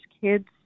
kids